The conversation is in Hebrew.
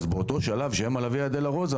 אז באותו שלב שהם על הויה דולורוזה,